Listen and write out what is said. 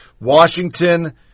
Washington